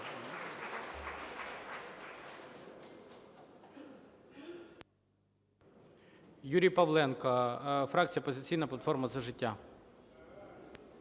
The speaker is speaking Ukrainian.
Юрій Павленко, фракція "Опозиційна платформа – За життя".